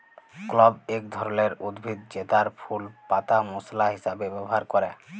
clove এক ধরলের উদ্ভিদ জেতার ফুল পাতা মশলা হিসাবে ব্যবহার ক্যরে